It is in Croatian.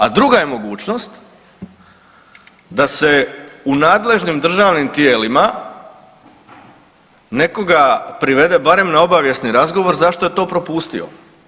A druga je mogućnost da se u nadležnim državnim tijelima nekoga privede barem na obavijesni razgovor zašto je to propustio.